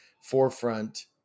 forefront